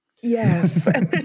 Yes